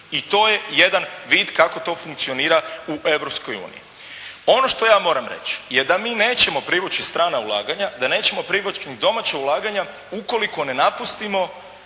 i to je jedan vid kako to funkcionira u Europskoj uniji. Ono što ja moram reći je da mi nećemo privući strana ulaganja, da nećemo privući ni domaća ulaganja ukoliko ne napustimo